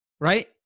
right